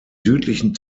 südlichen